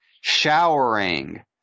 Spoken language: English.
showering